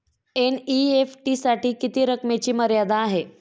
NEFT साठी किती रकमेची मर्यादा आहे?